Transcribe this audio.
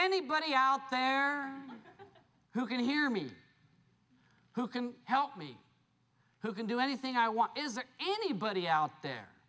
anybody out there who can hear me who can help me who can do anything i want is there anybody out there